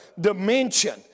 dimension